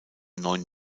neun